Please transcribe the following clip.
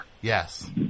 Yes